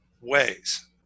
ways